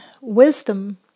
wisdom